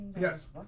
Yes